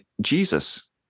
Jesus